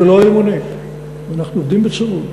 אנחנו עובדים בצמוד,